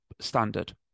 standard